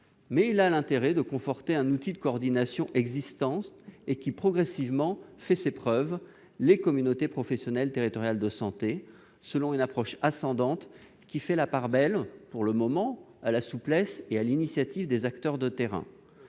toutefois l'intérêt de conforter un outil de coordination qui fait progressivement ses preuves, les communautés professionnelles territoriales de santé, fonctionnant selon une approche ascendante qui fait la part belle, pour le moment, à la souplesse et à l'initiative des acteurs de terrain.